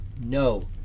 no